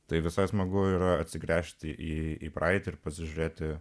tai visai smagu yra atsigręžti į praeitį ir pasižiūrėti